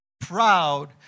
proud